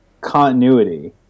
continuity